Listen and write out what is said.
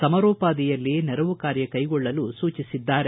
ಸಮರೋಪಾದಿಯಲ್ಲಿ ನೆರವು ಕಾರ್ಯ ಕೈಗೊಳ್ಳಲು ಸೂಚಿಸಿದ್ದಾರೆ